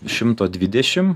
šimto dvidešim